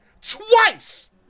Twice